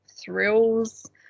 thrills